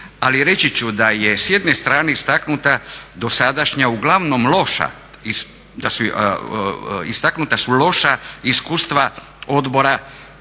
Ali reći ću da je s jedne strane istaknuta dosadašnja uglavnom loša, istaknuta